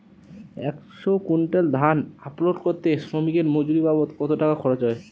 একশো কুইন্টাল ধান আনলোড করতে শ্রমিকের মজুরি বাবদ কত টাকা খরচ হয়?